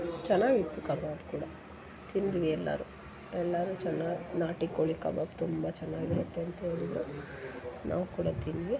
ಚೆನ್ನಾಗಿತ್ತು ಕಬಾಬ್ ಕೂಡ ತಿಂದ್ವಿ ಎಲ್ಲರೂ ಎಲ್ಲರೂ ಚೆನ್ನಾಗಿ ನಾಟಿ ಕೋಳಿ ಕಬಾಬ್ ತುಂಬ ಚೆನ್ನಾಗಿರುತ್ತೆ ಅಂತ ಹೇಳಿದ್ರು ನಾವೂ ಕೂಡ ತಿಂದ್ವಿ